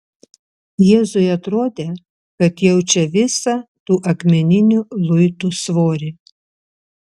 jėzui atrodė kad jaučia visą tų akmeninių luitų svorį